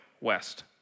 west